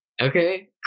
Okay